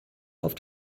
auf